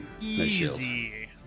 Easy